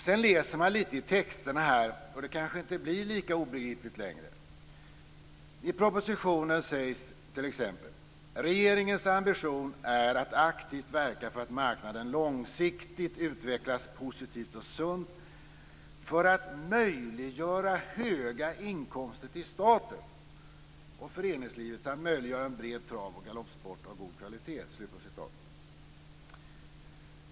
Om man läser lite i texterna blir det kanske inte lika obegripligt längre. I propositionen sägs t.ex.: "Regeringens ambition är att aktivt verka för att marknaden långsiktigt utvecklas positivt och sunt för att möjliggöra höga inkomster till staten och föreningslivet samt möjliggöra en bred trav och galoppsport av god kvalitet."